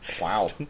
Wow